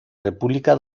república